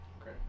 Okay